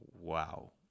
wow